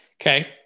Okay